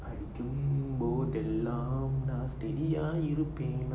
போதெல்லாம் நான்:pothellam naan steady அ இருப்பேனா:aa irupena